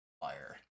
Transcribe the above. fire